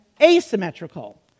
asymmetrical